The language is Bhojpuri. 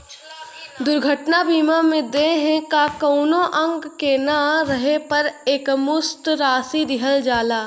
दुर्घटना बीमा में देह क कउनो अंग के न रहे पर एकमुश्त राशि दिहल जाला